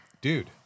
dude